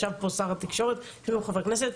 ישב פה שר התקשורת שהוא חבר כנסת.